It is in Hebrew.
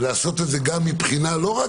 ולעשות את זה לא רק מבחינה חמלתית